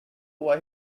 why